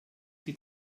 die